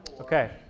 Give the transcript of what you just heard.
okay